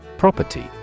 Property